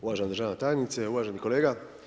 Uvažena državna tajnice, uvaženi kolega.